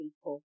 people